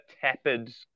tepid